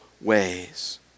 ways